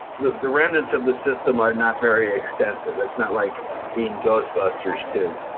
the the remnants of this system are not very extensive. it's not like in ghostbusters two.